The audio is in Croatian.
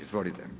Izvolite.